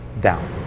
down